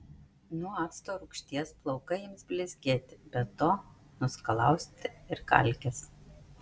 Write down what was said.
nuo acto rūgšties plaukai ims blizgėti be to nuskalausite ir kalkes